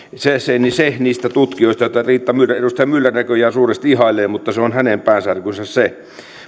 se niistä tutkijoista joita edustaja myller näköjään suuresti ihailee mutta se on hänen päänsärkynsä se